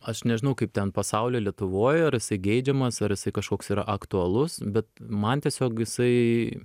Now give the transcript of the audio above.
aš nežinau kaip ten pasauly lietuvoj ar jisai geidžiamas ar jisai kažkoks yra aktualus bet man tiesiog jisai